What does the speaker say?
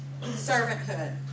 Servanthood